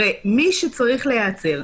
הרי מי שצריך להיעצר,